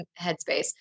headspace